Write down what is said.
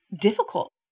difficult